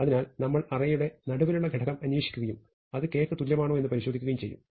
അതിനാൽ നമ്മൾ അറേയുടെ നടുവിലുള്ള ഘടകം അന്വേഷിക്കുകയും അത് K ക്ക് തുല്യമാണോ എന്ന് പരിശോധിക്കുകയും ചെയ്യുക